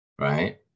right